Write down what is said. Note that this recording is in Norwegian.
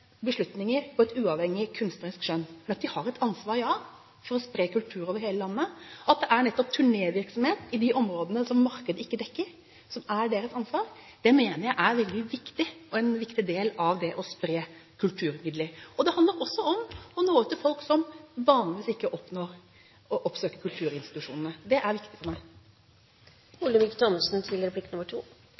beslutninger ut fra et uavhengig kunstnerisk skjønn. Men at de har et ansvar: Ja! Det er det å spre kultur over hele landet og at det er turnévirksomhet nettopp i de områdene som markedet ikke dekker, som er deres ansvar. Det mener jeg er veldig viktig, en viktig del av det å spre kulturmidler. Det handler også om å nå ut til folk som vanligvis ikke oppsøker kulturinstitusjonene. Det er viktig for meg.